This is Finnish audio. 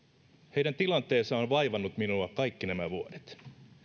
heidän tilanteensa on vaivannut minua kaikki nämä vuodet